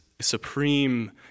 supreme